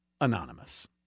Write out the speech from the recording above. Anonymous